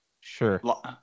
sure